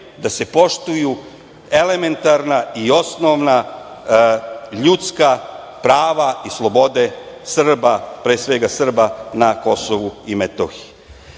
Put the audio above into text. da se poštuju elementarna i osnovna ljudska prava i slobode Srba, pre svega Srba na Kosovu i Metohiji.